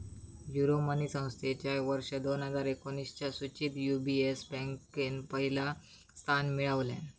Euromoney संस्थेच्या वर्ष दोन हजार एकोणीसच्या सुचीत यू.बी.एस बँकेन पहिला स्थान मिळवल्यान